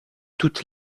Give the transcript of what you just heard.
toute